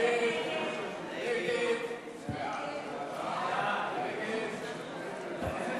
הצעת סיעת העבודה להביע אי-אמון בממשלה לא נתקבלה.